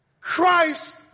Christ